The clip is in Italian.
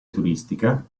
turistica